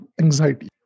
anxiety